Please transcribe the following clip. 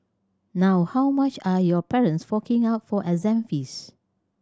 now how much are your parents forking out for exam fees